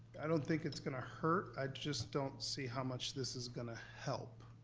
i don't think it's gonna hurt. i just don't see how much this is gonna help.